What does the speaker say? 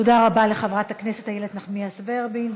תודה רבה לחברת הכנסת איילת נחמיאס ורבין.